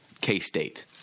K-State